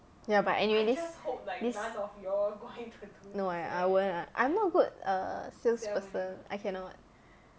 ya but anyway this this no I I won't lah I'm not good err salesperson I cannot